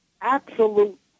absolute